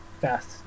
fast